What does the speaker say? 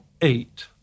eight